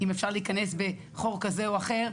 אם אפשר להיכנס בחור כזה או אחר,